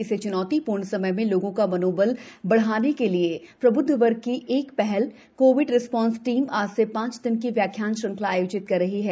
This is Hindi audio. इस च्नौतीपूर्ण समय में लोगों का मनोबल बढ़ाने के लिए प्रब्द्ध वर्ग की एक पहल कोविड रिस्पांस टीम आज से पांच दिन की व्याख्यान श्रृंखला आयोजित कर रही है